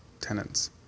tenants